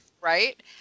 right